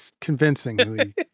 convincingly